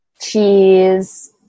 Cheese